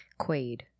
Quaid